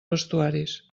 vestuaris